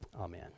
amen